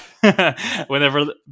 whenever